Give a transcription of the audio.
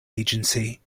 agency